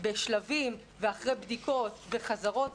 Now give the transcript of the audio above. בשלבים ואחרי בדיקות וחזרות,